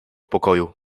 pokoju